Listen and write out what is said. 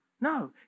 No